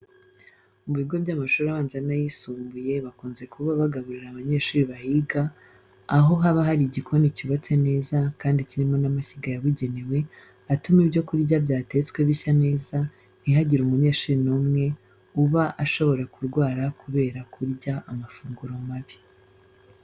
Mu bigo by'amashuri abanza n'ayisumbuye bakunze kuba bagaburira abanyeshuri bahiga, aho haba hari igikoni cyubatse neza kandi kirimo n'amashyiga yabugenewe atuma ibyo kurya byatetswe bishya neza ntihagire umunyeshuri n'umwe uba ashobora kurwara kubera kurya amafunguro mabi.